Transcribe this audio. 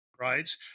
right